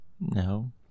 no